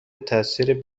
تاثیر